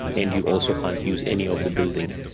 and you also can't use any of the buildings,